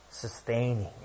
Sustaining